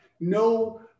no